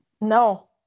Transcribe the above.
No